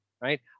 right